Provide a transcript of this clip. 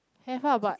have ah but